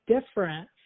different